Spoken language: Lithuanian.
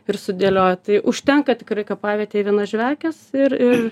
ir sudėlioja tai užtenka tikrai kapavietėj viena žvakės ir ir